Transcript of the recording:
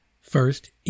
first